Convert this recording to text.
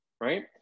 Right